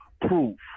proof